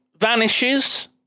vanishes